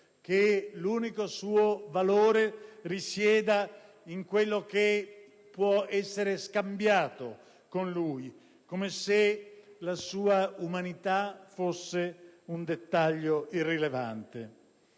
che l'unico suo valore risieda in quello che può essere scambiato con lui, come se la sua umanità fosse un dettaglio irrilevante.